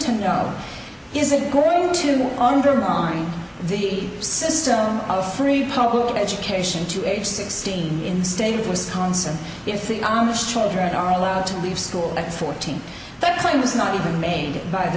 to know is it going to undermine the system of free public education to any sixteen in state wisconsin if the amish children are allowed to leave school at fourteen that claim is not even made by the